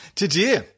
today